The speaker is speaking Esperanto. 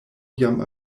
jam